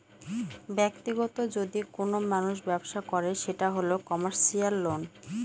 ব্যাক্তিগত যদি কোনো মানুষ ব্যবসা করে সেটা হল কমার্সিয়াল লোন